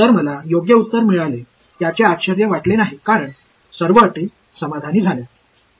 तर मला योग्य उत्तर मिळाले याचे आश्चर्य वाटले नाही कारण सर्व अटी समाधानी झाल्या